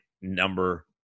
number